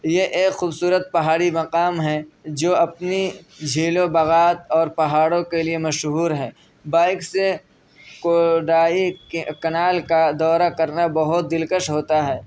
یہ ایک خوبصورت پہاڑی مقام ہے جو اپنی جھیلوں بغات اور پہاڑوں کے لیے مشہور ہے بائک سے کوڈائی کنال کا دورہ کرنا بہت دلکش ہوتا ہے